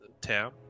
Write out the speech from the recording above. Tam